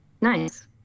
Nice